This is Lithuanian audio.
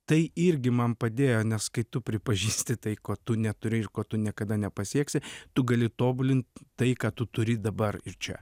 tai irgi man padėjo nes kai tu pripažįsti tai ko tu neturi ir ko tu niekada nepasieksi tu gali tobulinti tai ką tu turi dabar ir čia